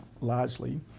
largely